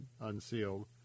unsealed